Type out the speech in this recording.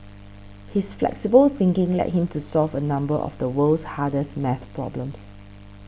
his flexible thinking led him to solve a number of the world's hardest math problems